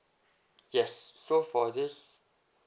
yes so for this